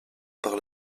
par